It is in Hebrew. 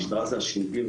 המשטרה זה הש"ג.